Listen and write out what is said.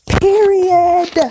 Period